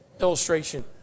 Illustration